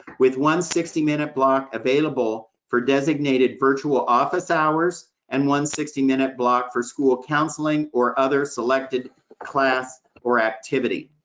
with one sixty minute block available for designated virtual office hours, and one sixty minute block for school counseling or other selected class or activity.